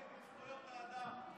נגד זכויות האדם.